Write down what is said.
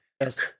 Yes